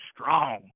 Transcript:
strong